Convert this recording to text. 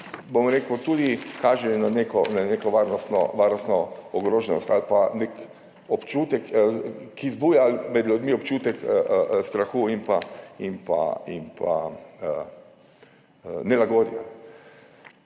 ki tudi kaže na neko varnostno ogroženost ali pa nek [dogodek], ki vzbuja med ljudmi občutek strahu in nelagodja.